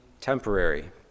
temporary